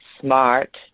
smart